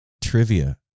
trivia